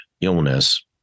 illness